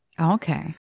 Okay